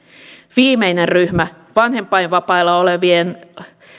viimeinen ryhmä vanhempainvapaalla olevien